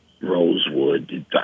Rosewood